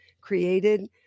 created